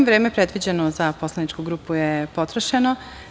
Vreme predviđeno za poslaničku grupu je potrošeno.